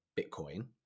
Bitcoin